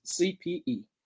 CPE